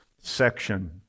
section